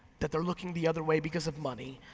that they're looking the other way because of money.